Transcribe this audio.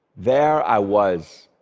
there i was.